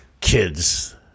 kids